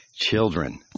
children